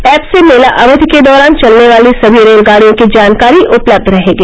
app से मेला अवधि के दौरान चलने वाली सभी रेलगाड़ियों की जानकारी उपलब्ध रहेगी